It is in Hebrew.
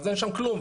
אז אין שם כלום,